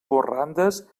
corrandes